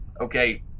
Okay